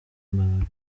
mbaraga